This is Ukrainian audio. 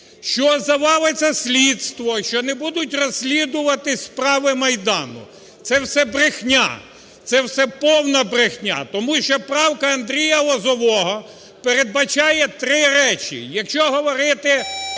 що завалиться слідство, що не будуть розслідуватися справи Майдану. Це все брехня, це все повна брехня, тому що правка Андрія Лозового передбачає три речі, якщо говорити